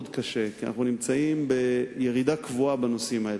כי אנחנו נמצאים בירידה קבועה בנושאים האלה.